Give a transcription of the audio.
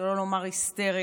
שלא לומר היסטריה.